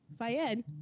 Fayed